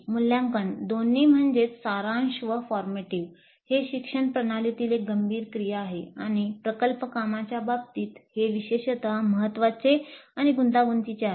मुल्यांकन दोन्ही म्हणजे सारांश व फॉर्मिटीव्ह हे शिक्षण प्रणालीतील एक गंभीर क्रिया आहे आणि प्रकल्प कामाच्या बाबतीत हे विशेषतः महत्वाचे आणि गुंतागुंतीचे आहे